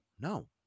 no